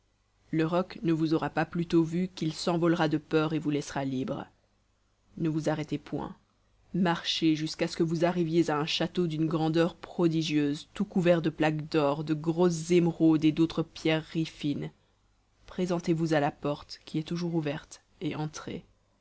le roc ne vous aura pas plus tôt vu qu'il s'envolera de peur et vous laissera libre ne vous arrêtez point marchez jusqu'à ce que vous arriviez à un château d'une grandeur prodigieuse tout couvert de plaques d'or de grosses émeraudes et d'autres pierreries fines présentez-vous à la porte qui est toujours ouverte et entrez